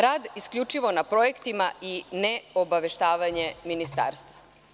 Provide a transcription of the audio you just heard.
Rad isključivo na projektima i ne obaveštavanje ministarstva.